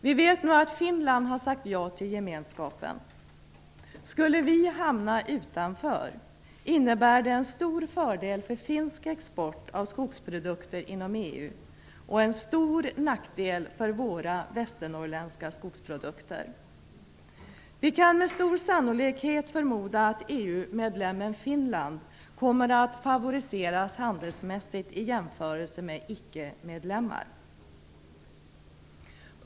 Vi vet nu att Finland sagt ja till Gemenskapen. Skulle vi hamna utanför, innebär det en stor fördel för finsk export av skogsprodukter inom EU och en stor nackdel för våra västernorrländska skogsprodukter. Vi kan med stor sannolikhet förmoda att EU-medlemmen Finland kommer att favoriseras handelsmässigt i jämförelse med icke-medlemmar.